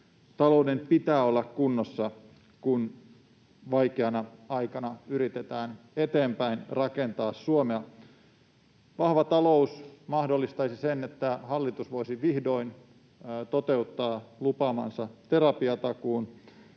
talouden pitää olla kunnossa, kun vaikeana aikana yritetään eteenpäin rakentaa Suomea. Vahva talous mahdollistaisi sen, että hallitus voisi vihdoin toteuttaa lupaamansa terapiatakuun